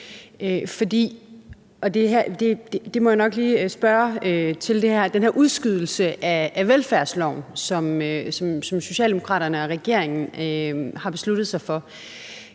må jeg nok lige spørge til den her udskydelse af velfærdsloven, som Socialdemokraterne og regeringen har besluttet sig for.